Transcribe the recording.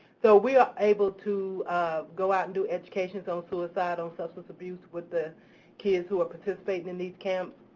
so we are able to go out and do educations on suicide, on substance abuse, with the kids who are participating in these camps.